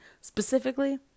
specifically